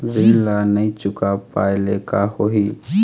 ऋण ला नई चुका पाय ले का होही?